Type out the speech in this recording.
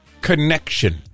connection